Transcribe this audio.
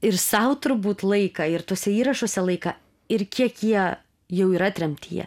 ir sau turbūt laiką ir tuose įrašuose laiką ir kiek jie jau yra tremtyje